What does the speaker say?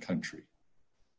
country